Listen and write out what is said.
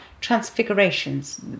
transfigurations